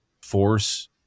force